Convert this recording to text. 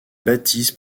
baptise